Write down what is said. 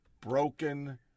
broken